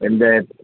எந்த